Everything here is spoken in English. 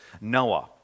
Noah